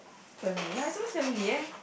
family it's always family ya